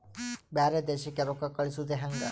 ಬ್ಯಾರೆ ದೇಶಕ್ಕೆ ರೊಕ್ಕ ಕಳಿಸುವುದು ಹ್ಯಾಂಗ?